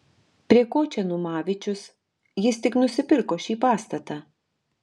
prie ko čia numavičius jis tik nusipirko šį pastatą